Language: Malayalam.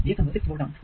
Vx എന്നത് 6 വോൾട് ആണ്